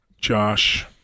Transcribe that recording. Josh